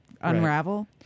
unravel